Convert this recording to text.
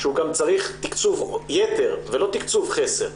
שהוא גם צריך תקצוב יתר ולא תקצוב חסר,